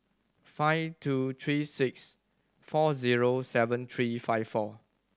five two three six four zero seven three five four